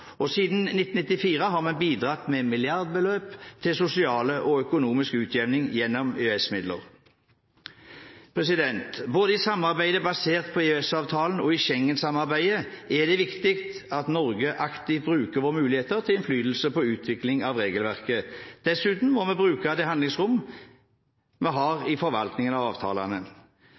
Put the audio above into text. Siden 1994 har vi bidratt med milliardbeløp til sosial og økonomisk utjevning gjennom EØS-midler. Både i samarbeidet basert på EØS-avtalen og i Schengen-samarbeidet er det viktig at Norge aktivt bruker sine muligheter til innflytelse på utviklingen av regelverket. Dessuten må vi bruke det handlingsrommet vi har i forvaltningen av avtalene.